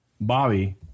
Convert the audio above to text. Bobby